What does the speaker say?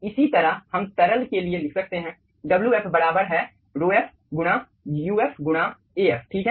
इसी तरह हम तरल के लिए लिख सकते हैं Wf बराबर हैρf गुणा uf गुणा Af ठीक है